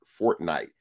Fortnite